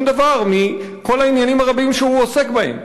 דבר מכל העניינים הרבים שהוא עוסק בהם,